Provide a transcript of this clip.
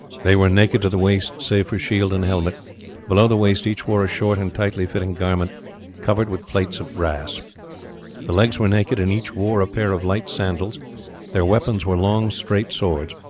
they were naked to the waist save for shield and helmet below the waist each wore a short and tightly-fitting garment covered with plates of brass the legs were naked, and each wore a pair of light sandals their weapons were long straight swords.